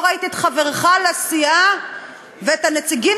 לא ראיתי את חבריך לסיעה ואת הנציגים